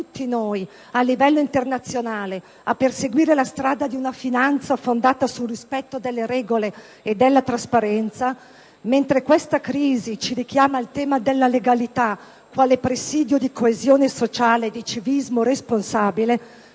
tutti noi, a livello internazionale, a perseguire la strada di una finanza fondata sul rispetto delle regole e della trasparenza; mentre questa crisi ci richiama al tema della legalità quale presidio di coesione sociale e di civismo responsabile,